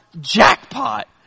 jackpot